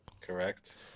correct